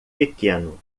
pequeno